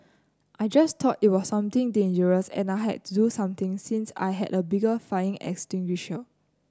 I just thought it was something dangerous and I had to do something since I had a bigger fire extinguisher